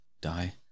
die